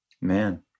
Man